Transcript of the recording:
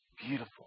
beautiful